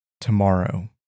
tomorrow